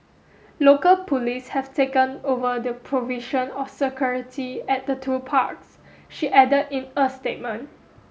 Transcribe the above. local police have taken over the provision of security at the two parks she added in a statement